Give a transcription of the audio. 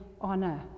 honor